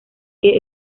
que